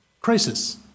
Crisis